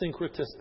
syncretistic